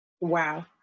Wow